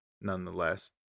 nonetheless